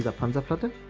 the front but